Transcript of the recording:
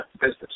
business